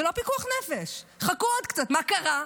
זה לא פיקוח נפש, חכו עוד קצת, מה קרה?